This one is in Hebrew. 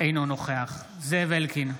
אינו נוכח ישראל אייכלר, אינו נוכח זאב אלקין,